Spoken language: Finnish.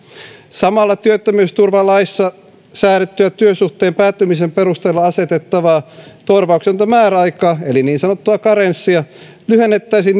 samalla työttömyysturvalaissa säädettyä työsuhteen päättymisen perusteella asetettavaa korvauksetonta määräaikaa eli niin sanottua karenssia lyhennettäisiin